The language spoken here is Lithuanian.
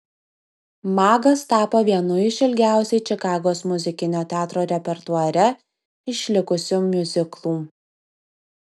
magas tapo vienu iš ilgiausiai čikagos muzikinio teatro repertuare išlikusių miuziklų